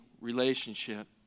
relationship